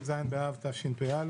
י"ז באב תשפ"א,